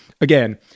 Again